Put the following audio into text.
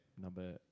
number